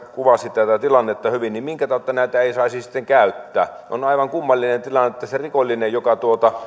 kuvasi äsken tätä tilannetta hyvin ei saisi sitten käyttää on aivan kummallinen tilanne että rikollista joka